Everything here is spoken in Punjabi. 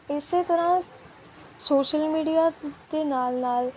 ਇਸ ਤਰ੍ਹਾਂ ਸੋਸ਼ਲ ਮੀਡੀਆ 'ਤੇ ਨਾਲ ਨਾਲ